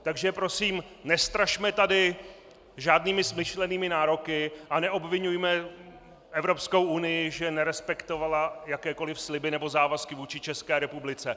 Takže prosím, nestrašme tady žádnými smyšlenými nároky a neobviňujme Evropskou unii, že nerespektovala jakékoli sliby nebo závazky vůči České republice.